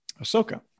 Ahsoka